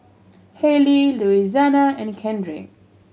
Hailey Louisiana and Kendrick